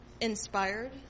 inspired